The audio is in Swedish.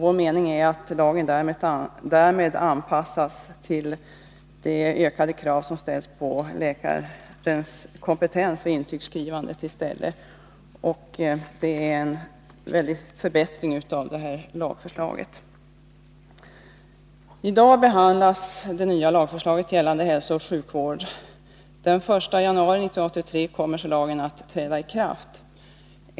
Vår mening är att lagen därmed har anpassats till de ökade krav som ställs på läkarens kompetens vid intygsskrivandet. Det är en stor förbättring av lagförslaget. I dag behandlas det nya lagförslaget gällande hälsooch sjukvård i kammaren. Den 1 januari 1983 kommer lagen att träda i kraft.